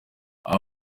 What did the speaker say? aba